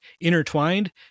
intertwined